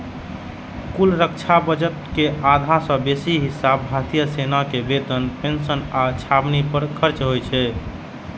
कुल रक्षा बजट के आधा सं बेसी हिस्सा भारतीय सेना के वेतन, पेंशन आ छावनी पर खर्च होइ छै